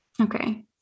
Okay